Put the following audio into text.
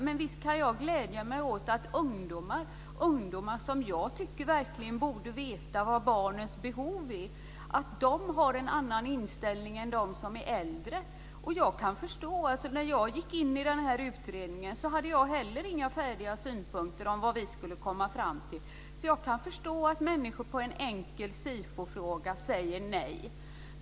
Men visst kan jag glädja mig åt att ungdomar, som jag tycker verkligen borde veta vilka barnens behov är, har en annan inställning än vad de har som är äldre. När jag gick in i den här utredningen hade jag heller inga färdiga synpunkter om vad vi skulle komma fram till, så jag kan förstå att människor på en enkel Sifofråga svarar nej.